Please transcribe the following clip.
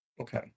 Okay